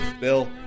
Bill